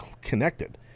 connected